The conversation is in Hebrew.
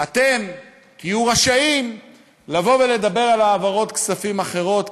אתם תהיו רשאים לבוא ולדבר על העברות כספים אחרות,